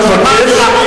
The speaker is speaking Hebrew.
שמע השר.